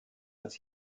als